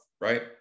right